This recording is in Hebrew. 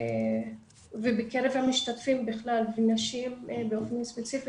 בקרב המשתתפים בכלל ונשים באופן ספציפי,